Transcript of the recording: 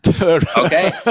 Okay